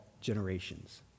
generations